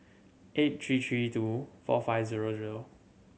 eight three three two four five zero zero